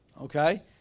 Okay